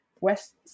West